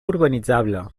urbanitzable